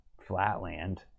Flatland